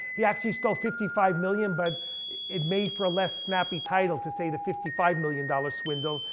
he actually stole fifty five million but it made for a less snappy title to say the fifty five million dollar swindle.